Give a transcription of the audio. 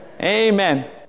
Amen